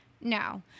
No